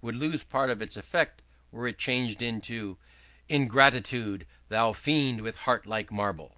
would lose part of its effect were it changed into ingratitude! thou fiend with heart like marble